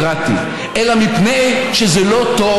תראו איזה יופי של ערב היה,